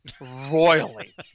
royally